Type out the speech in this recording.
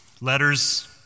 Letters